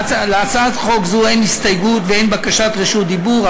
להצעת חוק זו אין הסתייגויות ואין בקשות רשות דיבור.